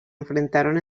enfrentaron